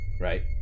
right